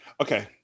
okay